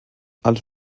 els